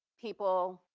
people,